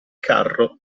carro